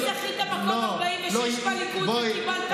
אם זכית במקום 46 בליכוד וקיבלת מינוי, מה?